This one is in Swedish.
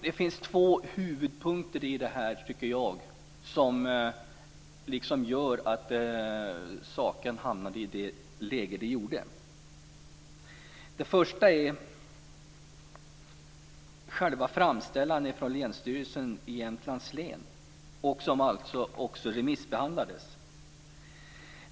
Det finns två huvudpunkter i det här, tycker jag, som har gjort att saken hamnat i det läge som det har. Det första är själva framställan från Länsstyrelsen i Jämtlands län, som också remissbehandlades.